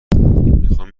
میخواهم